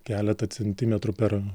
keletą centimetrų per